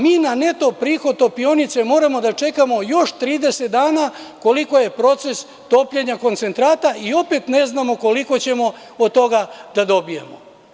Mi na neto prihod topionice moramo da čekamo još 30 dana, koliko je proces topljenja koncentrata, i opet ne znamo koliko ćemo od toga da dobijemo.